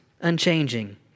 unchanging